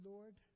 Lord